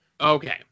Okay